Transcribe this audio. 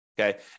okay